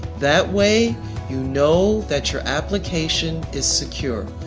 that way you know that your application is secure.